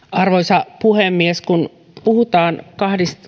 arvoisa puhemies kun puhutaan kahdesta